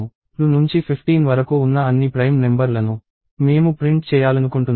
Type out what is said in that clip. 2 నుంచి 15 వరకు ఉన్న అన్ని ప్రైమ్ నెంబర్ లను మేము ప్రింట్ చేయాలనుకుంటున్నాము